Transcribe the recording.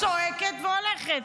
צועקת והולכת.